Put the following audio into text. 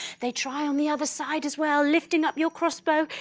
they try on the other side as well, lifting up your crossbow,